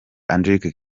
angelique